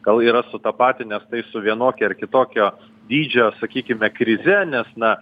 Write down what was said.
gal yra sutapatinęs tai su vienokio ar kitokio dydžio sakykime krize nes na